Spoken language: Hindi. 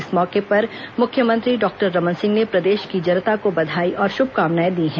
इस मौके पर मुख्यमंत्री डॉक्टर रमन सिंह ने प्रदेश की जनता को बधाई और शुभकामनाएं दी हैं